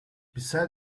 beside